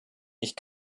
ich